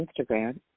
Instagram